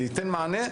יתנו מענה,